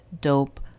dope